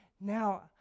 now